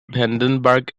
vandenberg